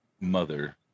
mother